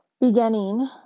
beginning